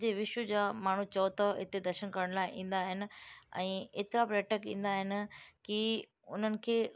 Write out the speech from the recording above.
सॼे विश्व जा माण्हू चओ त हिते दर्शन करण लाइ ईंदा आहिनि अईं एतिरा पर्यटक ईंदा आहिनि की उन्हनि खे